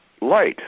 light